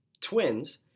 Twins